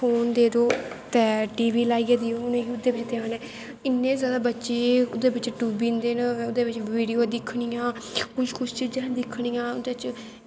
उंदै तै टी वी लाईयै देओ उनेंगी ओह्दै बिच्च ध्यान ऐ इन्ने जादा बच्चे ओह्दै बिच्च डुब्बी जंदे न ओह्दै बिच्च वीडियो दिक्खनियां कुश कुश दिक्खनियां उंदै च